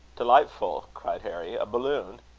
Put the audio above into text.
delightful! cried harry a balloon?